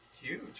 huge